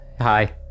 Hi